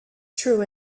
true